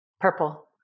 Purple